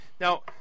Now